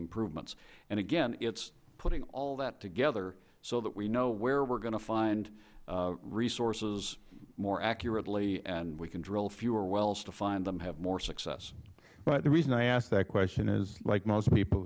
improvements and again it's putting all that together so that we know where we're going to find resources more accurately and we can drill fewer wells to find them and have more success chairman issa the reason i ask that question is like most people